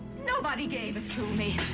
nobody gave it to me.